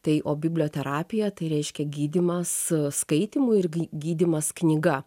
tai o biblioterapija tai reiškia gydymas skaitymu ir gydymas knyga